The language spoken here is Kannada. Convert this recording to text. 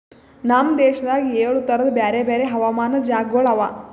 ನಮ್ ದೇಶದಾಗ್ ಏಳು ತರದ್ ಬ್ಯಾರೆ ಬ್ಯಾರೆ ಹವಾಮಾನದ್ ಜಾಗಗೊಳ್ ಅವಾ